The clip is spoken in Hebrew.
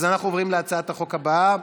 אז אנחנו עוברים להצעת החוק הבאה.